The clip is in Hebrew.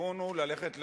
הכיוון הוא ללכת לאינטרנט.